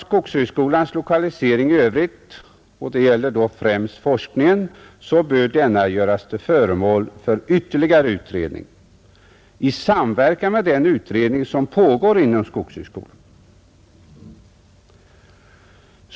Skogshögskolans lokalisering i övrigt — det gäller främst forskningen — bör göras till föremål för ytterligare utredning i samverkan med den utredning som pågår inom skogshögskolan.